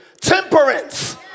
Temperance